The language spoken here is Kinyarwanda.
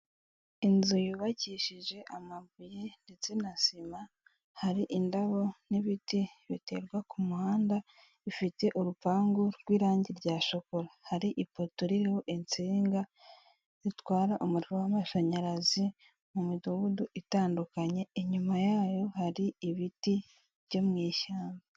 Inzu yubakishije amabuye ndetse na sima, hari indabo n'ibiti biterwa ku muhanda, bifite urupangu rw'irangi rya shokora, hari ipoto ririho insiga zitwara umuriro w'amashanyarazi mu midugudu itandukanye, inyuma yayo hari ibiti byo mu ishyamba.